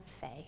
faith